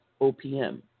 OPM